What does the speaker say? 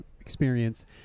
experience